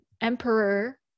emperor